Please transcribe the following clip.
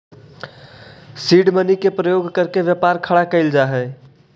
seed money के प्रयोग करके व्यापार खड़ा कैल जा हई